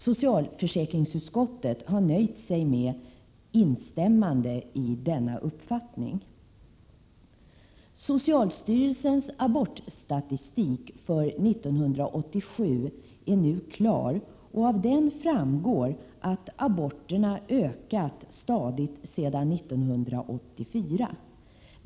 Socialförsäkringsutskottet har nöjt sig med instämmande i denna uppfattning. Socialstyrelsens abortstatistik för 1987 är nu klar. Av den framgår att aborterna stadigt ökat sedan 1984.